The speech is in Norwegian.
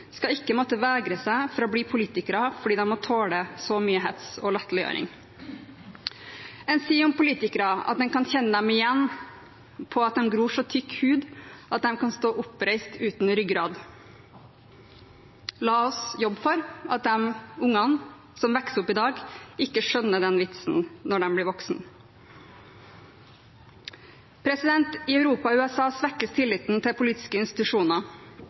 skal ikke måtte vegre seg for å bli politikere fordi de må tåle så mye hets og latterliggjøring. En sier om politikere at en kan kjenne dem igjen på at det gror så tykk hud på dem at de kan stå oppreist uten ryggrad. La oss jobbe for at de ungene som vokser opp i dag, ikke skjønner den vitsen når de blir voksne. I Europa og USA svekkes tilliten til politiske institusjoner.